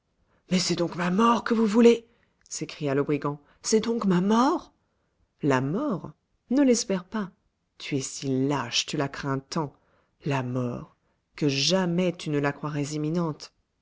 mais c'est donc ma mort que vous voulez s'écria le brigand c'est donc ma mort la mort ne l'espère pas tu es si lâche tu la crains tant la mort que jamais tu ne la croirais imminente